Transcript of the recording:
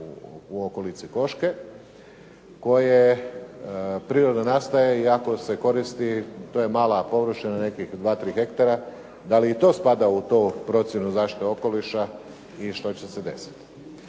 u okolici Koške koje prirodno nastaje i ako se koristi to je mala površina, nekih dva tri hektara, da li i to spada u tu procjenu zaštite okoliša i što će se desiti.